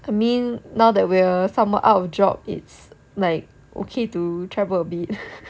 I mean now that we're somewhat out of job it's like okay to travel a bit